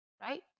right